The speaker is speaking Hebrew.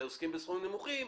שעוסקים בסכומים נמוכים,